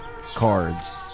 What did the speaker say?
cards